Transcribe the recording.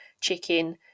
chicken